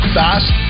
fast